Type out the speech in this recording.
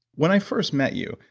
when i first met you,